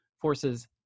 forces